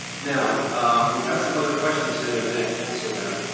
now we've had some other questions here that we're gonna answer them.